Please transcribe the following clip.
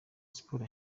sports